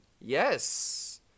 Yes